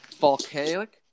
volcanic